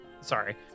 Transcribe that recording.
sorry